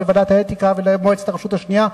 ולוועדת האתיקה ולמועצת הרשות השנייה,